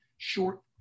short